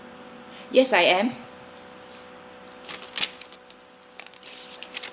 yes I am